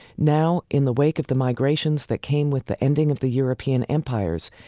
now, in the wake of the migrations that came with the ending of the european empires,